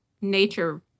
nature